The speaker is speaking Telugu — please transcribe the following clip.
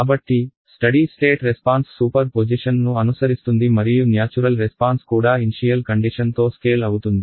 కాబట్టి స్టడీ స్టేట్ రెస్పాన్స్ సూపర్ పొజిషన్ను అనుసరిస్తుంది మరియు న్యాచురల్ రెస్పాన్స్ కూడా ఇన్షియల్ కండిషన్ తో స్కేల్ అవుతుంది